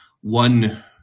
one